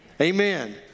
Amen